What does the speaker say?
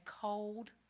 cold